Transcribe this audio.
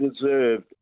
deserved